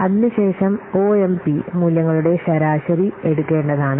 അതിനുശേഷം O M P മൂല്യങ്ങളുടെ ശരാശരി എടുക്കേണ്ടതാണ്